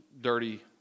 dirty